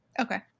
Okay